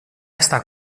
estar